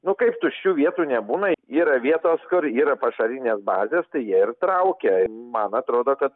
nu kaip tuščių vietų nebūna yra vietos kur yra pašarinės bazės tai jie ir traukia man atrodo kad